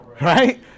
Right